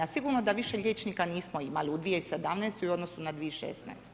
Sigurno da više liječnika nismo imali u 2017. u odnosu na 2016.